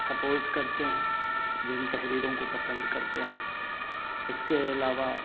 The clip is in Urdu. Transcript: سپورٹ کرتے ہیں جو ان تحریروں کو پسند کرتے ہیں اس کے علاوہ